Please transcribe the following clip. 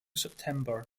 september